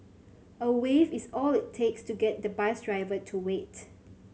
a wave is all it takes to get the bus driver to wait